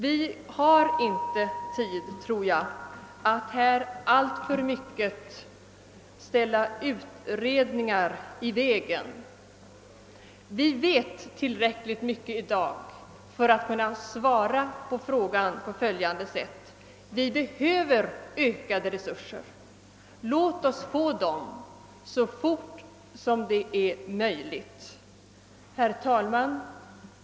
Vi har inte heller tid, tror jag, att alltför mycket ställa utredningar hindrande i vägen för denna strävan; vi vet tillräckligt mycket redan i dag om de besvärliga förhållanden som polismännen arbetar under för att kunna påstå att det behövs ökade resurser till förbättring av polisens arbetsmöjligheter. Låt polisen få dessa resurser så snart som möjligt! Herr talman!